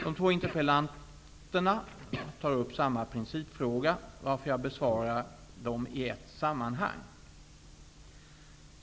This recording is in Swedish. De två interpellanterna tar upp samma principfråga varför jag besvarar dem i ett sammanhang.